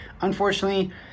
Unfortunately